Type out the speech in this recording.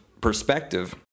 perspective